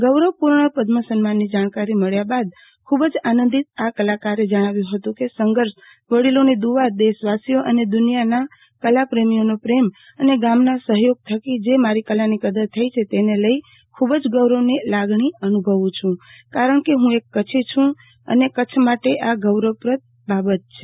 ગૌરવપૂર્ણ પદ્મ સન્માનની જાણકારી મળ્યા બાદ ખૂબ જ આનંદિત આ કલાકારે કચ્છમિત્રને જણાવ્યું હતું કે સંઘર્ષ વડીલોની દુવા દેશવાસીઓ અને દુનિયાના કલાપ્રેમીઓનો પ્રેમ ગામના સહયોગ થકી જે મારી કલાની કદર થઇ છે તેને લઇ ખૂબ જ ગૌરવની લાગણી અનુભવું છું કારણ કે હું એક કચ્છી છું કારણ કે કચ્છ માટે આ ગૌરવપ્રદ બાબત છે